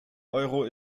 euro